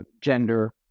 gender